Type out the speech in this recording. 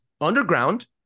underground